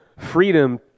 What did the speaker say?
Freedom